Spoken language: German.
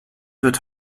wird